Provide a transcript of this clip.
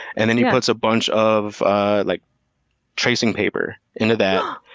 and then he puts a bunch of ah like tracing paper into that,